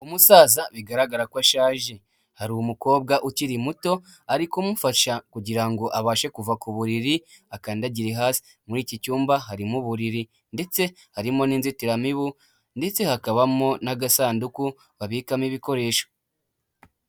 Umusaza bigaragara ko ashaje, hari umukobwa ukiri muto ari kumufasha kugirango abashe kuva ku buriri akandagire hasi, muri iki cyumba harimo uburiri ndetse harimo n'inzitiramibu, ndetse hakabamo n'agasanduku babikamo ibikoresho.